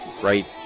right